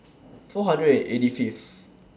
four hundred and eighty Fifth